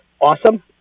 awesome